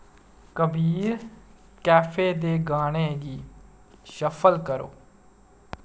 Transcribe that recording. Kabir cafe दे गानें गी शफल करो